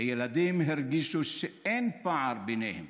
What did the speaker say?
הילדים הרגישו שאין פער ביניהם